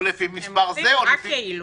הם עושים רק כאילו.